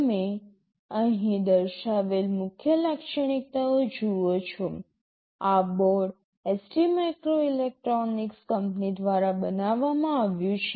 તમે અહીં દર્શાવેલ મુખ્ય લાક્ષણિકતાઓ જુઓ છો આ બોર્ડ ST માઇક્રોઇલેક્ટ્રોનિક્સ કંપની દ્વારા બનાવવામાં આવ્યું છે